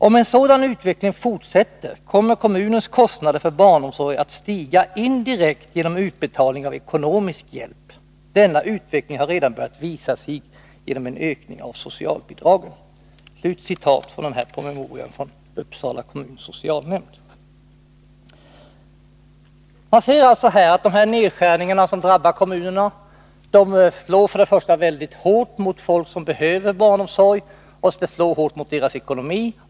Om en sådan utveckling fortsätter kommer kommunens kostnader för barnomsorg att stiga indirekt genom utbetalning av ekonomisk hjälp. Denna utveckling har redan börjat visa sig genom en ökning av socialbidragen.” Man säger alltså att de nedskärningar som drabbar kommunerna slår hårt mot dem som behöver barnomsorg, mot deras ekonomi.